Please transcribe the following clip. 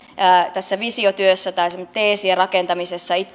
tässä visiotyössä tai teesien rakentamisessa